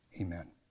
amen